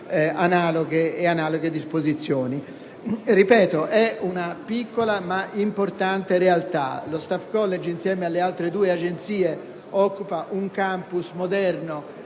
ed analoghe disposizioni. Ripeto, è una piccola ma importante realtà: lo Staff College*,* insieme alle altre due agenzie, occupa un *campus* moderno